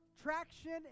traction